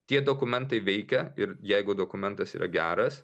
tie dokumentai veikia ir jeigu dokumentas yra geras